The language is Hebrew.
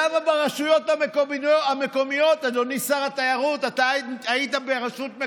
אבל האחריות עליך היא אחריות כבדה,